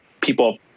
people